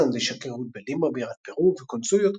להולנד יש שגרירות בלימה, בירת פרו,